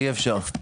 אי אפשר.